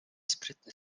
sprytny